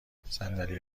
صندلی